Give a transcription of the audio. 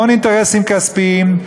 המון אינטרסים כספיים,